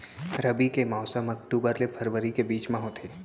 रबी के मौसम अक्टूबर ले फरवरी के बीच मा होथे